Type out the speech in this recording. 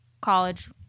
college